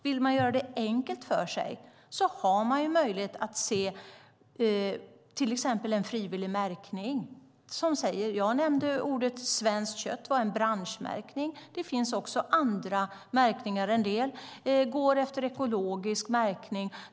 Vill man göra det enkelt för sig kan man se på den frivilliga märkningen, till exempel branschmärket Svenskt kött eller ekologisk märkning.